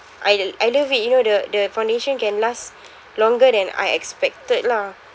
I lo~ I love it you know the the foundation can last longer than I expected lah